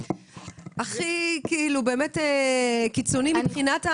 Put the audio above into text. לקצה הכי קיצוני מבחינת האפשרויות.